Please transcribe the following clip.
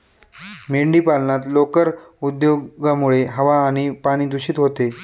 मेंढीपालनात लोकर उद्योगामुळे हवा आणि पाणी दूषित होते